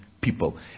people